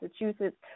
Massachusetts